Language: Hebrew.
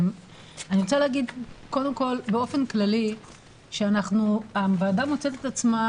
אני רוצה להגיד קודם כול באופן כללי שהוועדה מוצאת את עצמה